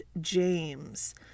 James